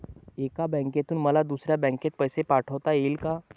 एका बँकेतून मला दुसऱ्या बँकेत पैसे पाठवता येतील का?